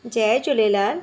Jay Jhulelal